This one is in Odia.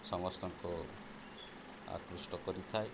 ସମସ୍ତଙ୍କୁ ଆକୃଷ୍ଟ କରିଥାଏ